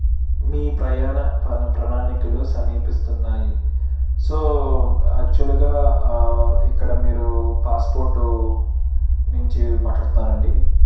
మీ ప్రయాణ ప్రణాలికలు సమీపిస్తున్నాయి సో యాక్చువల్గా ఇక్కడ మీరు పాస్పోర్టు నుంచి మాట్టాడుతున్నారండి